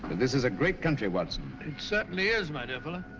this is a great country, watson. it certainly is, my dear